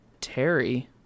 Terry